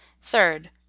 third